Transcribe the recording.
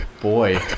boy